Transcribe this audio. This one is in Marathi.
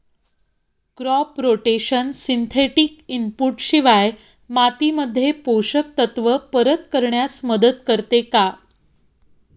क्रॉप रोटेशन सिंथेटिक इनपुट शिवाय मातीमध्ये पोषक तत्त्व परत करण्यास मदत करते का?